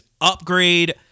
upgrade